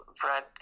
Fred